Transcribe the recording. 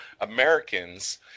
Americans